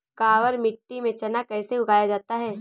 काबर मिट्टी में चना कैसे उगाया जाता है?